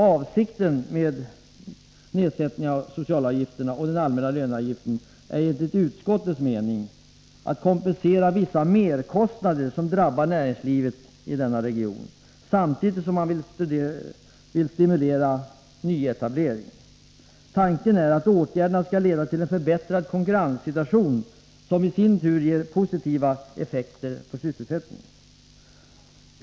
Avsikten med nedsättningen av socialavgifterna och den allmänna löneavgiften är enligt utskottets mening att kompensera för vissa merkostnader som drabbar näringslivet i denna region, samtidigt som man vill stimulera till nyetableringar. Tanken är att åtgärderna skall leda till en förbättrad konkurrenssituation, som i sin tur ger positiva effekter på sysselsättningen.